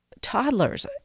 toddlers